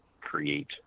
create